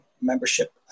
membership